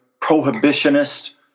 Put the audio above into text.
prohibitionist